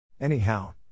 Anyhow